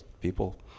People